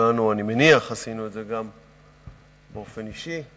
אני מניח שכולנו עשינו את זה גם באופן אישי,